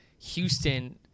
Houston